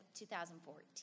2014